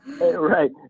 Right